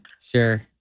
Sure